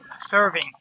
serving